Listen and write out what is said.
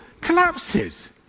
collapses